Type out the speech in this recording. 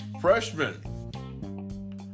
Freshman